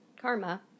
karma